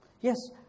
Yes